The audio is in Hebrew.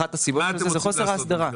אחת הסיבות לכך היא חוסר ההסדרה.